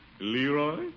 Leroy